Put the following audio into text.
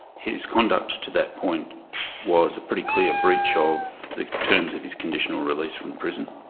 his conduct to that point was a pretty clear breach of the terms of his conditional release from prison.